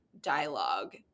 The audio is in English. dialogue